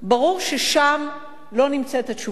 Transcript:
ברור ששם לא נמצאת התשובה,